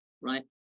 right